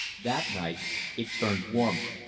that night it turned warmer.